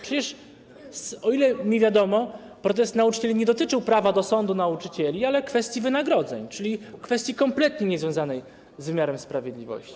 Przecież, o ile mi wiadomo, protest nauczycieli nie dotyczył prawa do sądu nauczycieli, ale kwestii wynagrodzeń, czyli kwestii kompletnie niezwiązanej z wymiarem sprawiedliwości.